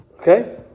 Okay